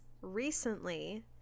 recently